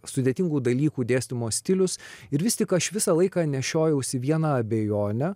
sudėtingų dalykų dėstymo stilius ir vis tik aš visą laiką nešiojausi vieną abejonę